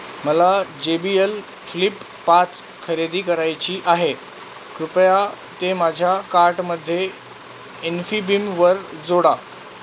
मला J B L Flip पाच खरेदी करायची आहे कृपया ते माझ्या कार्टमध्ये इन्फिबिमवर जोडा